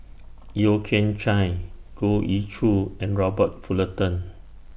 Yeo Kian Chai Goh Ee Choo and Robert Fullerton